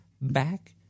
back